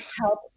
help